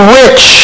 rich